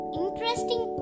interesting